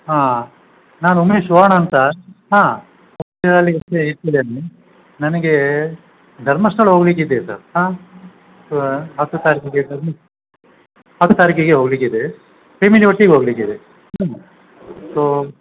ಹಾಂ ನಾನು ಉಮೇಶ್ ಅಂತ ಹಾಂ ನನಗೆ ಧರ್ಮಸ್ಥಳ ಹೋಗಲಿಕ್ಕಿದೆ ಸರ್ ಹಾಂ ಸೊ ಹತ್ತು ತಾರೀಖಿಗೆ ಹತ್ತು ತಾರೀಖಿಗೆ ಹೋಗಲಿಕ್ಕಿದೆ ಫೇಮಿಲಿ ಒಟ್ಟಿಗೆ ಹೋಗಲಿಕ್ಕಿದೆ ಹ್ಞೂ ಸೊ